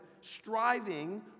striving